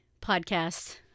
podcasts